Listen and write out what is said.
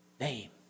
name